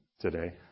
today